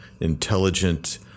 intelligent